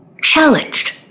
challenged